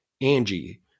Angie